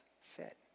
fit